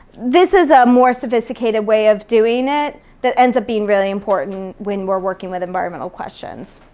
this is a more sophisticated way of doing it that ends up being really important when we're working with environmental questions.